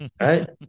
right